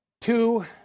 two